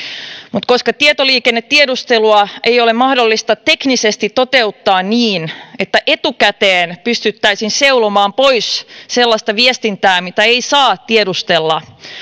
mutta koska tietoliikennetiedustelua ei ole mahdollista teknisesti toteuttaa niin että etukäteen pystyttäisiin seulomaan pois sellaista viestintää mitä ei saa tiedustella